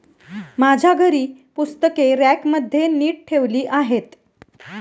माझ्या घरी पुस्तके रॅकमध्ये नीट ठेवली आहेत